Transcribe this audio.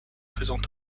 faisant